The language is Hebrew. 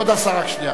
כבוד השר, רק שנייה.